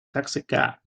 taxicab